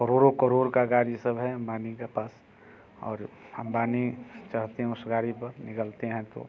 करोड़ों करोड़ का गाड़ी सब है अम्बानी के पास और अम्बानी चढ़ते हैं उस गाड़ी पर निकलते हैं तो